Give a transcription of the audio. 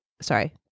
sorry